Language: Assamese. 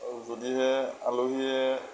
আৰু যদিহে আলহীয়ে